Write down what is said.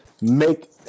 make